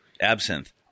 Absinthe